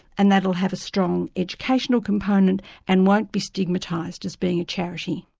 and that will have a strong educational component and won't be stigmatised as being a charity.